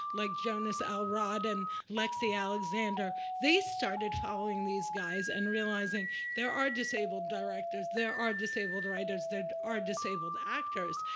like jonas elrod and lexi alexander, they started following these guys and realizing there are disabled directors. there are disabled writers. there are disabled actors.